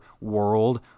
world